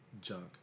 junk